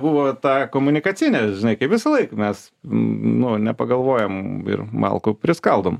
buvo ta komunikacinė žinai kaip visąlaik mes nu nepagalvojam ir malkų priskaldom